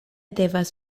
devas